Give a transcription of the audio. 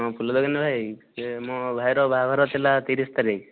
ହଁ ଫୁଲ ଦୋକାନ ଭାଇ ମୋ ଭାଇର ବାହାଘର ଥିଲା ତିରିଶ ତାରିଖ